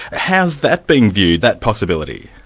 how's that being viewed, that possibility?